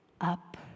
up